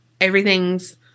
everything's